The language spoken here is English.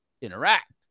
interact